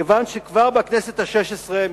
כיוון שכבר בכנסת השש-עשרה,